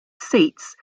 seats